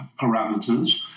parameters